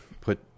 put